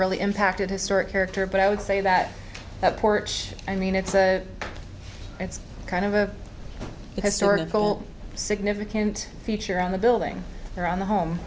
really impacted historic character but i would say that that porch i mean it's a it's kind of a historical significant feature on the building around the home